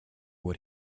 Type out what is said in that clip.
what